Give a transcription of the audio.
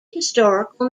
historical